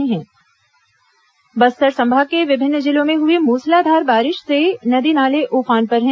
बारिश बस्तर संभाग के विभिन्न जिलों में हुई मूसलाधार बारिश से नदी नाले उफान पर हैं